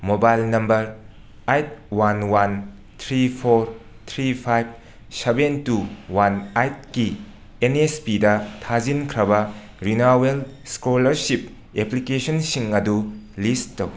mobile number eight one one three four three five seven two one ꯑꯩꯠꯀꯤ N S ꯄꯤꯗ ꯊꯥꯖꯤꯟꯈ꯭ꯔꯕ renewal scholarship ꯑꯦꯄ꯭ꯂꯤꯀꯁꯟꯁꯤꯡ ꯑꯗꯨ list ꯇꯧ